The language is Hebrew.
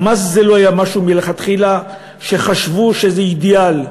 גם אז זה לא היה משהו שמלכתחילה חשבו שזה אידיאלי.